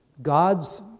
God's